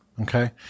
Okay